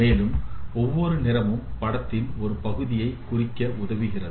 மேலும் ஒவ்வொரு நிறமும் படத்தின் ஒரு பகுதியை குறிக்க உதவுகிறது